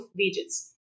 wages